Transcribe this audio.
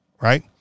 right